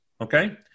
Okay